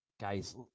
guys